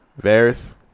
Varys